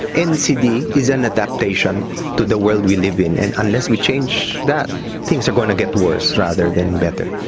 ncd is an adaptation to the world we live in and unless we change that, then things are going to get worse rather than better.